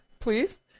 Please